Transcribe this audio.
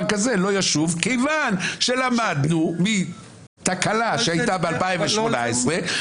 הזה לא יקרה שוב כיוון שלמדנו מתקלה שהייתה ב-2018.